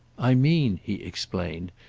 i mean, he explained,